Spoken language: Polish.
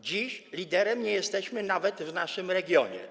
Dziś liderem nie jesteśmy nawet w naszym regionie.